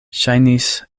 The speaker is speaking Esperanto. ŝajnis